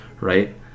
right